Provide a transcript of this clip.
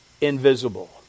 invisible